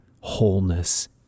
wholeness